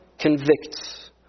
convicts